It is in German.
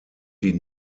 die